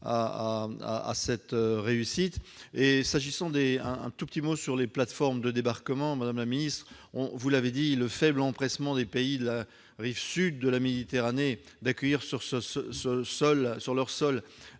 à cette réussite. S'agissant des plateformes de débarquement, madame la ministre, vous l'avez dit, le faible empressement des pays de la rive sud de la Méditerranée à accueillir sur leur sol